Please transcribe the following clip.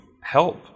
help